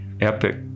epic